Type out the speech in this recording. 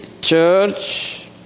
church